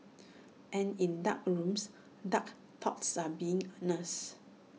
and in dark rooms dark thoughts are being nursed